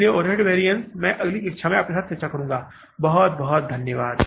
इसलिए overhead variances मैं अगली कक्षा में आपके साथ चर्चा करूंगा बहुत बहुत धन्यवाद